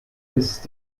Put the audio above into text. ist